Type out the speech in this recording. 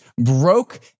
broke